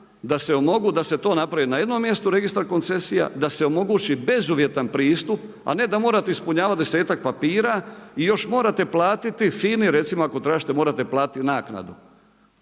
da se to napravi na jednom mjestu registar koncesija, da se omogući bezuvjetan pristup, a ne da morate ispunjavati desetak papira i još morate platiti FINA-i recimo ako tražite morate platiti naknadu.